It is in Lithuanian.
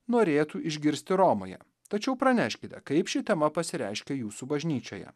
norėtų išgirsti romoje tačiau praneškite kaip ši tema pasireiškia jūsų bažnyčioje